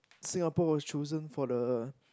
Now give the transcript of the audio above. Singapore was chosen for the